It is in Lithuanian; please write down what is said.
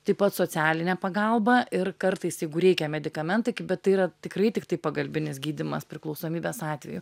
taip pat socialinė pagalba ir kartais jeigu reikia medikamentai kai bet tai yra tikrai tiktai pagalbinis gydymas priklausomybės atveju